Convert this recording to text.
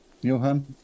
Johan